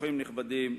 אורחים נכבדים,